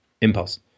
impulse